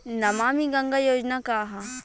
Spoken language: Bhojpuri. नमामि गंगा योजना का ह?